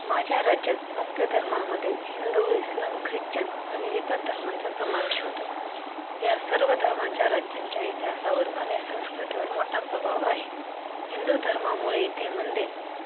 माझ्या राज्यात मुख्य धर्मांमध्ये हिंदू इस्लाम ख्रिच्चन आणि इतर धर्मांचा समावेश होतो या सर्व धर्मांच्या राज्यांच्या इतिहासावर आणि संस्कृतीवर मोठा प्रभाव आहे हिंदू धर्मामुळे इथे मंदिर